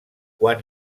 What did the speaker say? quan